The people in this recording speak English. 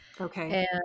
Okay